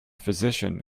physician